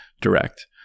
direct